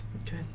Okay